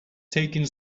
taking